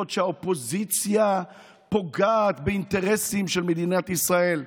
שהאופוזיציה פוגעת באינטרסים של מדינת ישראל.